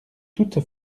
toute